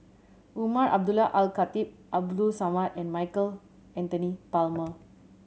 Umar Abdullah Al Khatib Abdul Samad and Michael Anthony Palmer